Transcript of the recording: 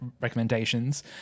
recommendations